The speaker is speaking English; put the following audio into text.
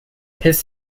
his